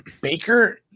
Baker